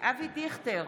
אבי דיכטר,